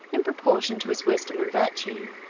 in proportion to his wisdom and virtue,